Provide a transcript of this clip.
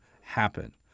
happen